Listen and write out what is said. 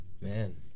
Man